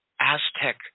Aztec